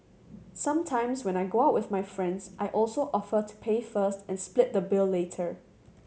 sometimes when I go out with my friends I also offer to pay first and split the bill later